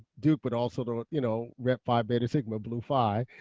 duke, but also to you know rep phi beta sigma blue phi.